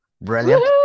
brilliant